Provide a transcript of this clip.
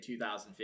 2015